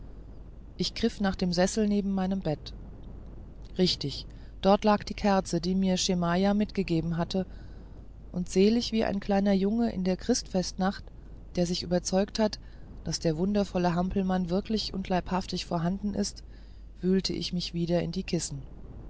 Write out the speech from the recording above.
ich griff nach dem sessel neben meinem bett richtig dort lag die kerze die mir schemajah mitgegeben hatte und selig wie ein kleiner junge in der christfestnacht der sich überzeugt hat daß der wundervolle hampelmann wirklich und leibhaftig vorhanden ist wühlte ich mich wieder in die kissen